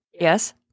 Yes